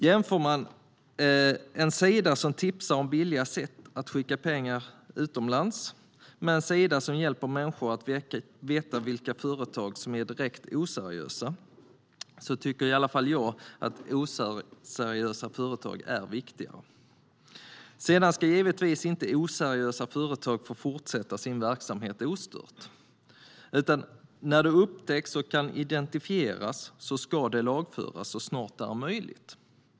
Jämför man en sida som tipsar om billiga sätt att skicka pengar utomlands med en sida som hjälper människor att veta vilka företag som är direkt oseriösa, så tycker i alla fall jag att information om oseriösa företag är viktigare. Sedan ska givetvis inte oseriösa företag få fortsätta sin verksamhet ostört, utan när de upptäcks och kan identifieras ska de lagföras så snart det är möjligt.